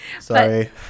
Sorry